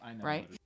right